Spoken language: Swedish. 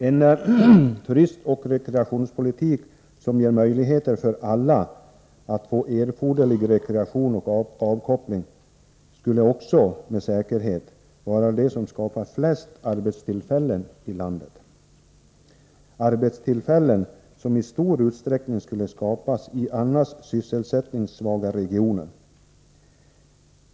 En turistoch rekreationspolitik som gör det möjligt för alla att få erforderlig rekreation och avkoppling skulle med säkerhet vara det som skapade flest arbetstillfällen i landet — arbetstillfällen som i stor utsträckning skulle skapas i annars sysselsättningssvaga regioner.